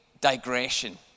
digression